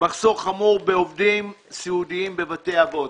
מחסור חמור בעובדים סיעודיים בבתי אבות.